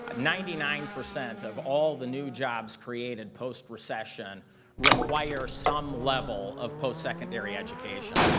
ah ninety nine percent of all the new jobs created post recession require some level of post secondary education,